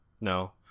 no